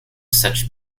such